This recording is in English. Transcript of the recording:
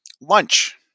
lunch